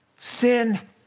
Sin